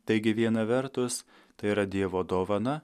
taigi viena vertus tai yra dievo dovana